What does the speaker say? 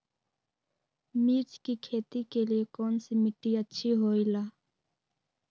मिर्च की खेती के लिए कौन सी मिट्टी अच्छी होईला?